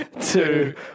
two